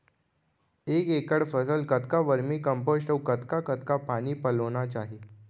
एक एकड़ फसल कतका वर्मीकम्पोस्ट अऊ कतका कतका पानी पलोना चाही?